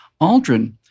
Aldrin